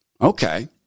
Okay